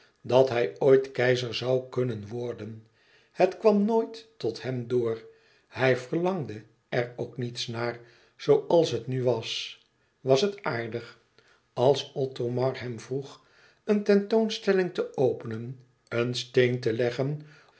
dat hij ooit keizer zoû kunnen worden het kwam nooit tot hem door hij verlangde er ook niets naar zooals het nu was was het aardig als othomar hem vroeg een tentoonstelling te openen een steen te leggen